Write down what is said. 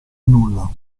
nulla